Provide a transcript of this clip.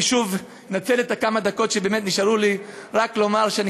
אני שוב מנצל את כמה הדקות שנשארו לי רק לומר שאני